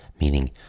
meaning